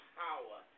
power